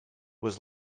was